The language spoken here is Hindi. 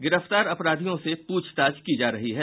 गिरफ्तार अपराधियों से पूछताछ की जा रही है